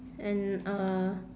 and uh